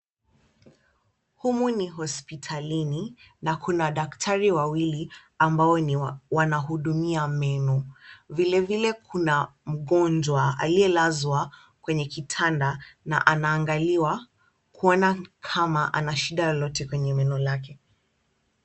Humu ni hospitalini na kuna daktari wawili ambao wanahudumia meno. Vilevile kuna mgonjwa aliyelazwa kwenye kitanda na anaangaliwa kuona kama ana shida lolote kwenye meno lake.